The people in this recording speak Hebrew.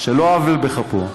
על לא עוול בכפו,